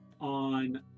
on